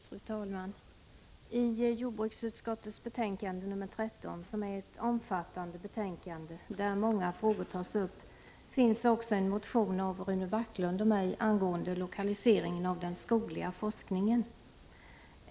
Fru talman! I jordbruksutskottets betänkande nr 13 — som är ett omfattande betänkande, där många frågor tas upp — behandlas också en motion av Rune Backlund och mig angående lokaliseringen av den skogliga forskningen.